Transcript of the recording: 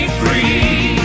free